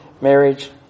marriage